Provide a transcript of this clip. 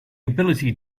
ability